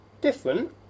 different